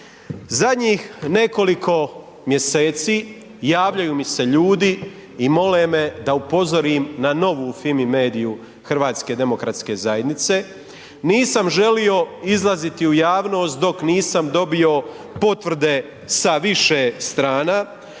Zadnjih nekoliko mjeseci javljaju mi se ljudi i mole me da upozorim na novu FIMI-MEDIA-u HDZ-a, nisam želio izlaziti u javnost dok nisam dobio potvrde sa više strana